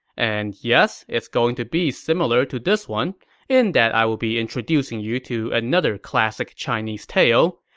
and yes, it's going to be similar to this one in that i will be introducing you to another classic chinese tale.